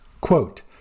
Quote